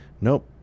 Nope